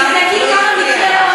חברת הכנסת מיכל רוזין,